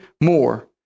more